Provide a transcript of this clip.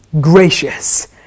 gracious